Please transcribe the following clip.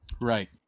Right